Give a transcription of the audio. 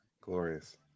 Glorious